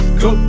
go